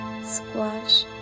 squash